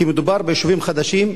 כי מדובר ביישובים חדשים.